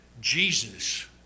Jesus